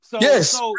Yes